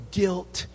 guilt